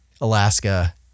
Alaska